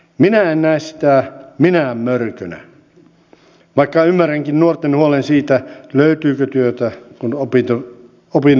minä en näe sitä minään mörkönä vaikka ymmärränkin nuorten huolen siitä löytyykö työtä kun opinnot on suoritettu